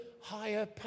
higher